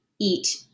eat